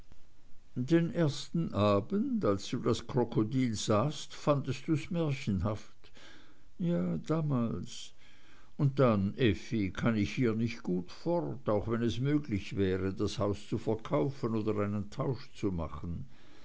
den ersten abend als du das krokodil sahst fandest du's märchenhaft ja damals und dann effi kann ich hier nicht gut fort auch wenn es möglich wäre das haus zu verkaufen oder einen tausch zu machen